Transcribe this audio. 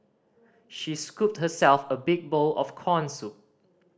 she scooped herself a big bowl of corn soup